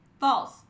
false